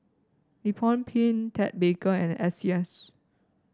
Nippon Paint Ted Baker and S C S